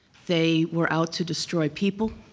they were out to destroy people,